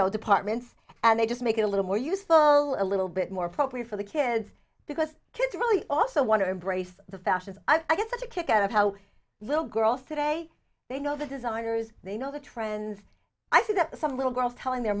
know departments and they just make it a little more useful a little bit more appropriate for the kids because kids really also want to embrace the fashions i get such a kick out of how little girls today they know the designers they know the trends i see that some little girls telling their